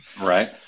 Right